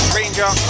Ranger